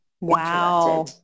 Wow